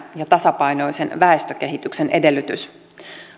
ja tasapainoisen väestökehityksen edellytys